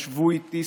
ישבו איתי,